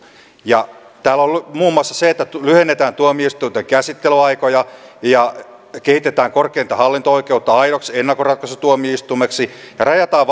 täällä on on muun muassa se että lyhennetään tuomioistuinten käsittelyaikoja ja kehitetään korkeinta hallinto oikeutta aidoksi ennakkoratkaisutuomioistuimeksi ja rajataan